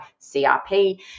CRP